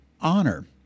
honor